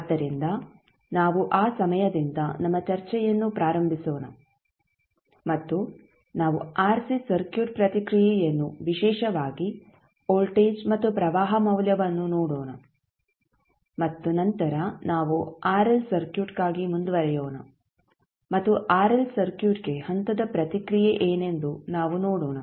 ಆದ್ದರಿಂದ ನಾವು ಆ ಸಮಯದಿಂದ ನಮ್ಮ ಚರ್ಚೆಯನ್ನು ಪ್ರಾರಂಭಿಸೋಣ ಮತ್ತು ನಾವು ಆರ್ಸಿ ಸರ್ಕ್ಯೂಟ್ ಪ್ರತಿಕ್ರಿಯೆಯನ್ನು ವಿಶೇಷವಾಗಿ ವೋಲ್ಟೇಜ್ ಮತ್ತು ಪ್ರವಾಹ ಮೌಲ್ಯವನ್ನು ನೋಡೋಣ ಮತ್ತು ನಂತರ ನಾವು ಆರ್ಎಲ್ ಸರ್ಕ್ಯೂಟ್ಗಾಗಿ ಮುಂದುವರಿಯೋಣ ಮತ್ತು ಆರ್ಎಲ್ ಸರ್ಕ್ಯೂಟ್ಗೆ ಹಂತದ ಪ್ರತಿಕ್ರಿಯೆ ಏನೆಂದು ನಾವು ನೋಡೋಣ